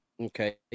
Okay